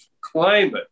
climate